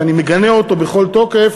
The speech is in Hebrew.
שאני מגנה אותו בכל תוקף,